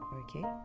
okay